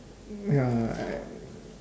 ya I